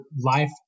life